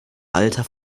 alter